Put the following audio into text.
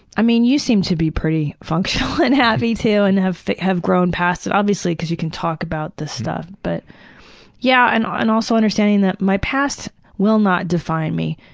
i mean you seem to be pretty functional and happy too and have have grown past, obviously because you can talk about this stuff. but yeah and and also understanding that my past will not define me.